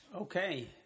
Okay